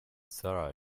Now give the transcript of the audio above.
sara